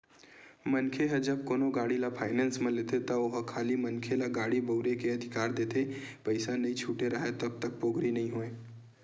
मनखे ह जब कोनो गाड़ी ल फायनेंस म लेथे त ओहा खाली मनखे ल गाड़ी बउरे के अधिकार देथे पइसा नइ छूटे राहय तब तक पोगरी नइ होय